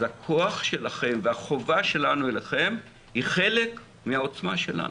אז הכוח שלכם והחובה שלנו אליכם היא חלק מהעוצמה שלנו.